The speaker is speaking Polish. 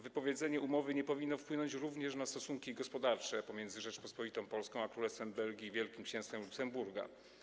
Wypowiedzenie umowy nie powinno wpłynąć również na stosunki gospodarcze pomiędzy Rzecząpospolitą Polską a Królestwem Belgii i Wielkim Księstwem Luksemburga.